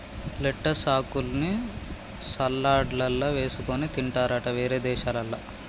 lettuce ఆకుల్ని సలాడ్లల్ల వేసుకొని తింటారట వేరే దేశాలల్ల